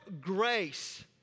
grace